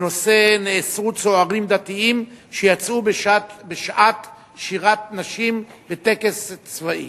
בנושא: מאסר צוערים דתיים שיצאו בעת שירת נשים בטקס צבאי.